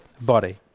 body